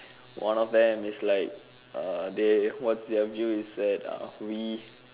one of them is like uh they what's their view is that uh we